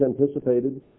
anticipated